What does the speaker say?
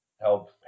Help